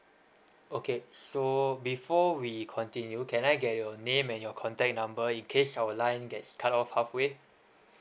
okay so before we continue can I get your name and your contact number in case our line gets cut off halfway